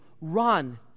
run